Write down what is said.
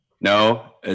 No